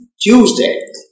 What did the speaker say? Tuesday